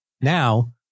Now